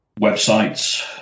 websites